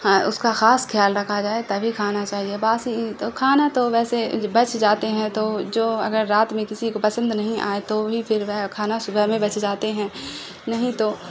ہاں اس کا خاص خیال رکھا جائے تبھی کھانا چاہیے باسی تو کھانا تو ویسے بچ جاتے ہیں تو جو اگر رات میں کسی کو پسند نہیں آئے تو ہی پھر وہ کھانا صبح میں بچ جاتے ہیں نہیں تو